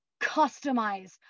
customize